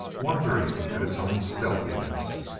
wondering at his own stealthiness.